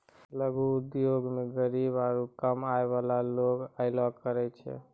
लघु उद्योगो मे गरीब आरु कम आय बाला लोग अयलो करे छै